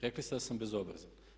Rekli ste da sam bezobrazan.